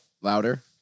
Louder